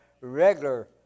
regular